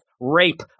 Rape